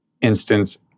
instance